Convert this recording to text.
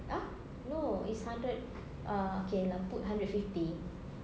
ah no it's hundred uh okay lah put hundred and fifty